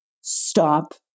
stop